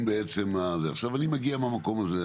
אני מגיע מהמקום הזה,